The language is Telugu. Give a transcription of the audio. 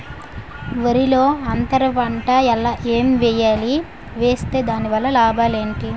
వరిలో అంతర పంట ఎం వేయాలి? వేస్తే దాని వల్ల లాభాలు ఏంటి?